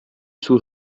sous